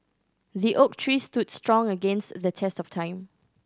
the oak tree stood strong against the test of time